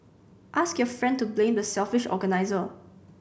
ask your friend to blame the selfish organiser